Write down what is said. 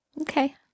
Okay